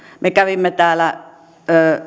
me kävimme täällä